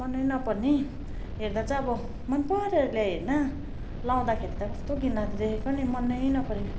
मनै नपर्ने हेर्दा चाहिँ अब मन परेर ल्याए होइन लगाउँदाखेरि त कस्तो घिनलाग्दो देखेको नि मनै नपरेको